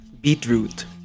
Beetroot